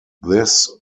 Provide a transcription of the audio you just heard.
this